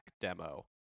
demo